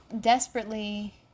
desperately